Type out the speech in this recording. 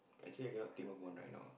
actually I cannot think of one right now